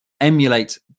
emulate